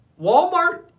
Walmart